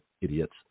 idiots